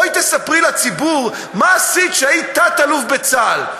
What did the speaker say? בואי תספרי לציבור מה עשית כשהיית תת-אלוף בצה"ל.